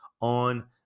on